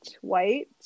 white